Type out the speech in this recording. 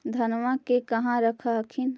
धनमा के कहा रख हखिन?